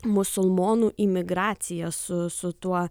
musulmonų imigraciją su su tuo